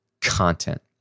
content